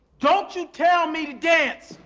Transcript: don't you tell me to dance!